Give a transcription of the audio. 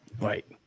Right